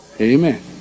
Amen